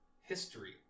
history